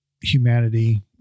humanity